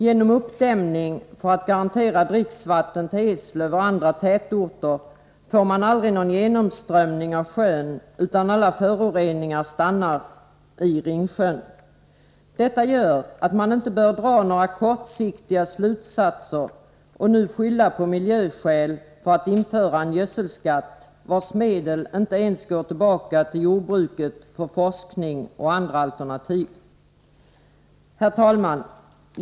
Genom uppdämningen för att garantera dricksvatten till Eslöv och andra tätorter får man aldrig någon genomströmning av Ringsjön, utan alla föroreningar stannar i sjön. Detta gör att man inte bör dra några kortsiktiga slutsatser och nu skylla på miljöskäl för att införa en gödselskatt, vars medel inte ens går tillbaka till jordbruket för forskning eller andra alternativ. Herr talman!